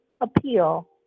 appeal